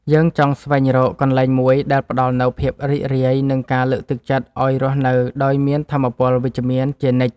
យើងចង់ស្វែងរកកន្លែងមួយដែលផ្ដល់នូវភាពរីករាយ និងការលើកទឹកចិត្តឱ្យរស់នៅដោយមានថាមពលវិជ្ជមានជានិច្ច។